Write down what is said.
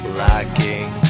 lacking